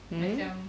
hmm